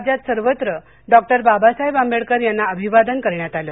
राज्यात सर्वत्र डॉ बाबासाहेब आंबेडकर यांना अभिवादन करण्यात आलं